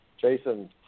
Jason